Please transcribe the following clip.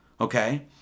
Okay